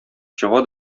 чыга